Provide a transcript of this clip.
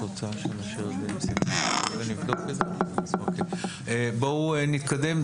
בואו נתקדם.